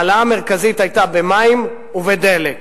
ההעלאה המרכזית היתה במים ובדלק,